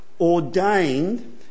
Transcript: ordained